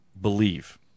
Believe